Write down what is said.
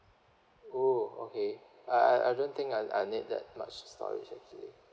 oh okay I I don't think I I need that much storage actually